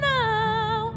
now